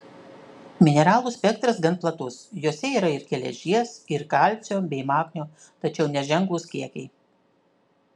mineralų spektras gan platus jose yra ir geležies ir kalcio bei magnio tačiau neženklūs kiekiai